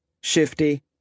Shifty